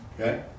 okay